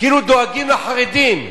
כאילו דואגים לחרדים.